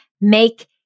make